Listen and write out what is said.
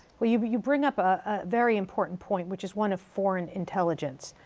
well you but you bring up a very important point, which is one of foreign intelligence.